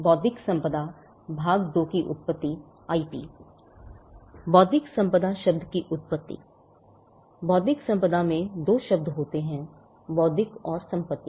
बौद्धिक संपदा शब्द की उत्पत्ति बौद्धिक संपदा में दो शब्द होते हैं बौद्धिक और संपत्ति